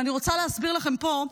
אבל אני רוצה להסביר לכם פה,